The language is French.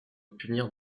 punir